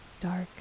Dark